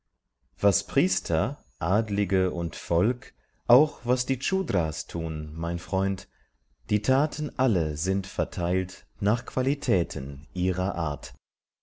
was priester adlige und volk auch was die dras tun mein freund die taten alle sind verteilt nach qualitäten ihrer art